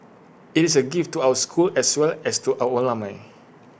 IT is A gift to our school as well as to our